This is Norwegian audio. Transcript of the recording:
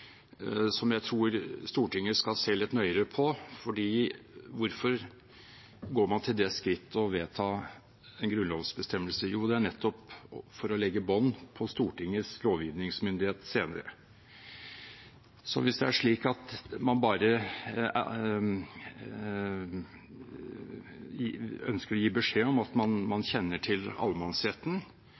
skritt å vedta en grunnlovsbestemmelse? Jo, det er nettopp for å legge bånd på Stortingets lovgivningsmyndighet senere. Hvis det er slik at man bare ønsker å gi beskjed om at man kjenner til allemannsretten